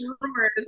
rumors